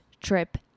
trip